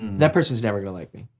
that person is never gonna like me,